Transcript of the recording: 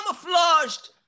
Camouflaged